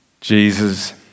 Jesus